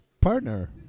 Partner